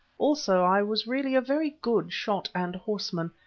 also i was really a very good shot and horseman,